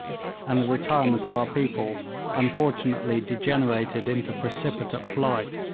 and the retirement of our people unfortunately degenerated into precipitate flight,